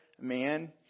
man